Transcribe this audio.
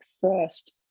first